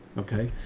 okay.